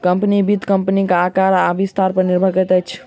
company, वित्त कम्पनीक आकार आ विस्तार पर निर्भर करैत अछि